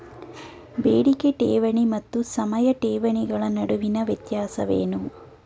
ಬೇಡಿಕೆ ಠೇವಣಿ ಮತ್ತು ಸಮಯ ಠೇವಣಿಗಳ ನಡುವಿನ ವ್ಯತ್ಯಾಸವೇನು?